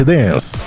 Dance